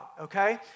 okay